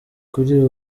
kuri